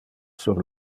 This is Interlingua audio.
sur